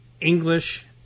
English